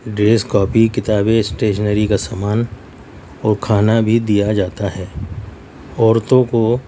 dress copy کتابیں stationery کا سامان اور کھانا بھی دیا جاتا ہے عورتوں کو